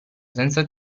senza